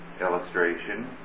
illustration